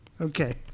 Okay